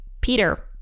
Peter